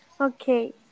Okay